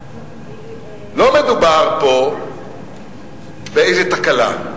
שלא מדובר פה באיזה תקלה.